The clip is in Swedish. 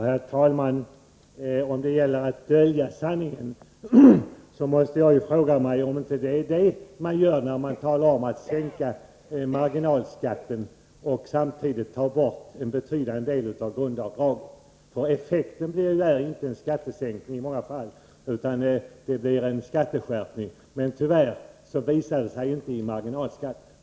Herr talman! Bo Lundgren använde uttrycket att dölja sanningen. Jag frågar mig om inte det är vad moderaterna gör när de talar om att sänka marginalskatten, men samtidigt tar bort en betydande del av grundavdraget. Effekten blir ju i många fall inte en skattesänkning utan en skatteskärpning, men tyvärr visar det sig inte i marginalskatten.